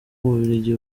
bubiligi